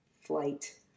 flight